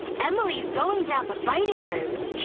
emily's going down the biting route.